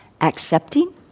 accepting